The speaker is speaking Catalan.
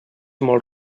molt